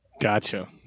Gotcha